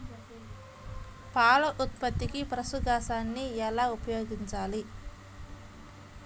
పాల ఉత్పత్తికి పశుగ్రాసాన్ని ఎలా ఉపయోగించాలి?